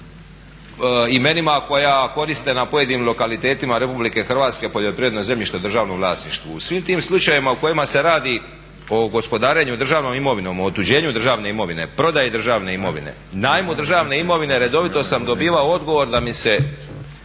imenima koja koriste na pojedinim lokalitetima Republike Hrvatske poljoprivredna zemljišta u državnom vlasništvu. U svim tim slučajevima u kojima se radi o gospodarenju državnom imovinom, o otuđenju državne imovine, prodaji državne imovine, najmu državne imovine, redovito sam dobivao odgovor da mi se